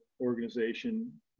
organization